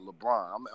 LeBron